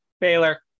Baylor